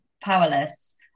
powerless